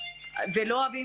הם לא רואים